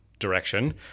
direction